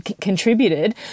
contributed